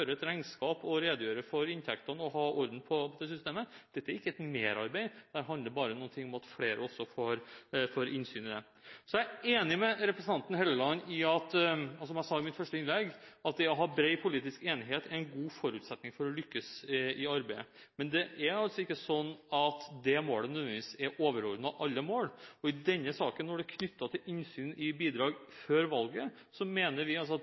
føre et regnskap, redegjøre for inntektene og ha orden på systemet – var mye mer krevende. Dette er et ikke et merarbeid, det handler bare om at flere får innsyn i det. Jeg er enig med representanten Helleland – som jeg sa i mitt første innlegg – i at det å ha bred politisk enighet er en god forutsetning for å lykkes i arbeidet. Men det er ikke sånn at det målet nødvendigvis er overordnet alle mål. I denne saken, som er knyttet til innsyn i bidrag før valget, mener vi altså at